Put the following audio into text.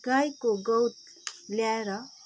गाईको गउँत ल्याएर